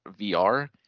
VR